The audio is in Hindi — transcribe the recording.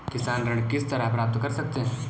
किसान ऋण किस तरह प्राप्त कर सकते हैं?